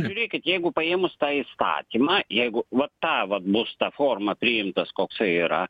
žiūrėkit jeigu paėmus tą įstatymą jeigu vat ta bus ta forma priimtas koksai yra